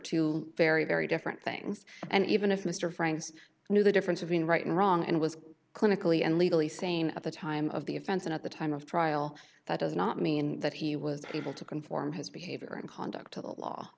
two very very different things and even if mr franks knew the difference between right and wrong and was clinically and legally sane at the time of the offense and at the time of trial that does not mean that he was able to conform his behavior and conduct to the law